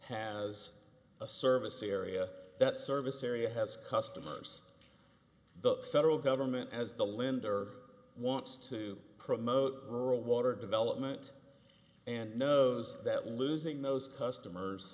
has a service area that service area has customers the federal government as the lender wants to promote rural water development and knows that losing those customers